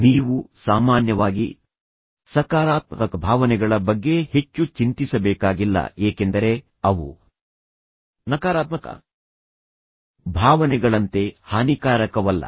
ನೀವು ಸಾಮಾನ್ಯವಾಗಿ ಸಕಾರಾತ್ಮಕ ಭಾವನೆಗಳ ಬಗ್ಗೆ ಹೆಚ್ಚು ಚಿಂತಿಸಬೇಕಾಗಿಲ್ಲ ಏಕೆಂದರೆ ಅವು ನಕಾರಾತ್ಮಕ ಭಾವನೆಗಳಂತೆ ಹಾನಿಕಾರಕವಲ್ಲ